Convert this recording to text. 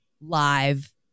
live